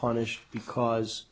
punished because